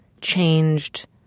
changed